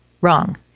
Wrong